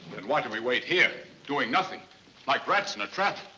and why do we wait here doing nothing like rats in a trap.